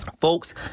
Folks